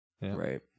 Right